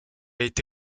été